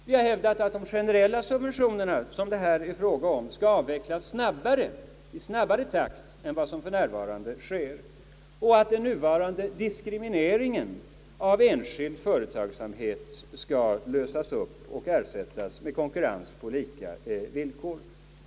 Vi har hävdat att de generella subventioner, som det här gäller, skall avvecklas i snabbare takt än för närvarande och att den nuvarande diskrimineringen av enskild företagsamhet skall lösas upp och ersättas med konkurrens på lika villkor.